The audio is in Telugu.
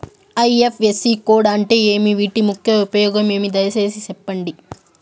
ఐ.ఎఫ్.ఎస్.సి కోడ్ అంటే ఏమి? వీటి ముఖ్య ఉపయోగం ఏమి? దయసేసి సెప్పండి?